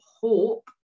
hope